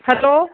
hello